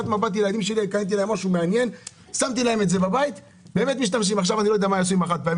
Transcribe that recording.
הייתי רוצה להגיד כמה מילים בנושא הזה כי אני חושב שהוא חשוב.